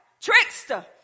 Trickster